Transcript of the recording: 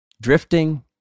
drifting